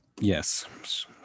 Yes